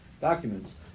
documents